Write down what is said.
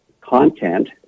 content